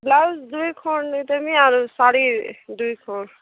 blouse ଦୁଇ ଖଣ୍ଡ ଦେବି ଆରୁ ଶାଢ଼ୀ ଦୁଇ ଖଣ୍ଡ